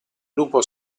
lupo